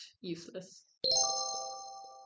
useless